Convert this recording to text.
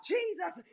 Jesus